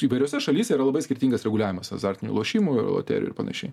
įvairiose šalyse yra labai skirtingas reguliavimas azartinių lošimų loterijų ir panašiai